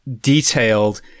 detailed